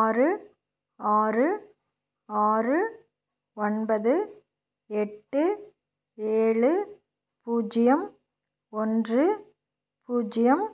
ஆறு ஆறு ஆறு ஒன்பது எட்டு ஏழு பூஜ்ஜியம் ஒன்று பூஜ்ஜியம்